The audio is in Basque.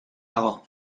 dago